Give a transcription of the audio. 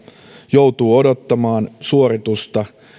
joutuu odottamaan suoritusta